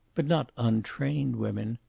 but not untrained women.